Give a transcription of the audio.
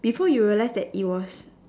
before you realize that it was